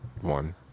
one